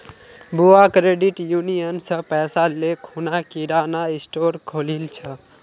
बुआ credit union स पैसा ले खूना किराना स्टोर खोलील छ